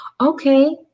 okay